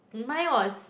mine was